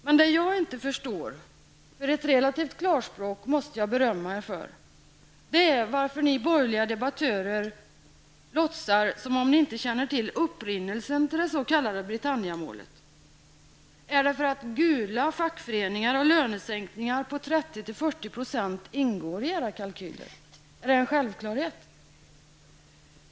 Men det jag inte förstår är varför ni borgerliga debattörer låtsas som om ni inte känner till upprinnelsen till det s.k. Britannia-målet. Jag måste ändå berömma er för ett visst klarspråk. Är det för att s.k. gula fackföreningar och lönesänkningar på 30--40 % ingår i era kalkyler? Är det en självklarhet?